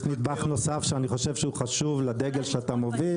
נדבך נוסף שאני חושב שהוא חשוב לדגל שאתה מוביל,